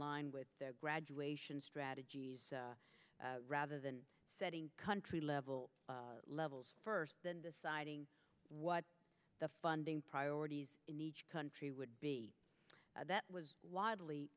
line with their graduation strategies rather than setting country level levels first then deciding what the funding priorities in each country would be that was widely